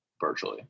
virtually